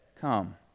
come